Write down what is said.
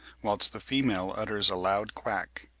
whilst the female utters a loud quack.